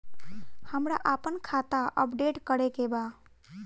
हमरा आपन खाता अपडेट करे के बा